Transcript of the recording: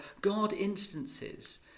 God-instances